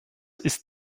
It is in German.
ist